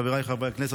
חבריי חברי הכנסת,